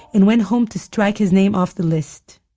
and went home to strike his name off the list.